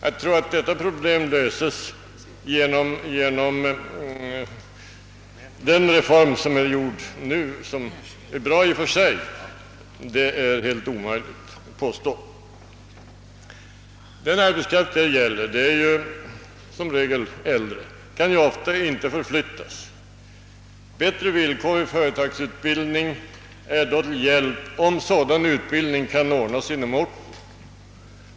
Att tro att detta problem löses genom den reform som nu är genomförd och som är bra i och för sig är helt orimligt. Den arbetskraft det gäller är som regel äldre och kan ofta inte förflyttas. Bättre villkor vid företagsutbildning är då till hjälp om sådan utbildning kan ordnas inom orten.